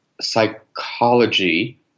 psychology